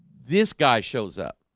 this guy shows up